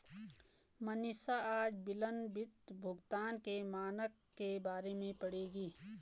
मनीषा आज विलंबित भुगतान के मानक के बारे में पढ़ेगी